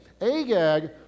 Agag